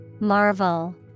Marvel